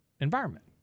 environment